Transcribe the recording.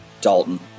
Dalton